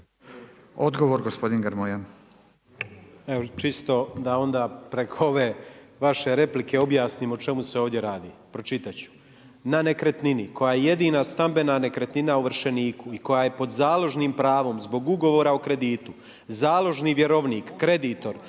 Odgovor gospodin Grmoja.